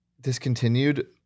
discontinued